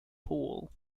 pool